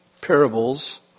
parables